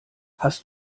hast